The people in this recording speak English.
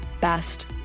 best